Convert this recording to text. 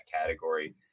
category